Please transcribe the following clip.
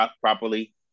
properly